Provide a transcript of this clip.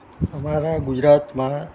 અમારા ગુજરાતમાં